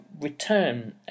return